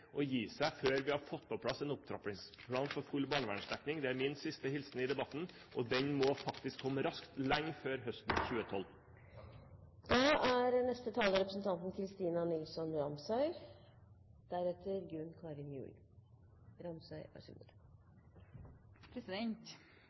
å gi seg før vi har fått på plass en opptrappingsplan for full barnevernsdekning. Det er min siste hilsen i debatten, og den planen må faktisk komme raskt, lenge før høsten 2012. Det er